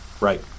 right